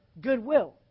goodwill